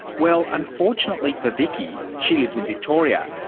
well, unfortunately for vickie she lives in victoria,